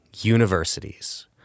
universities